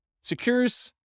secures